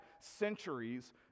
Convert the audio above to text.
centuries